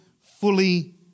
fully